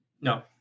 no